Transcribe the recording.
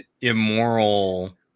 immoral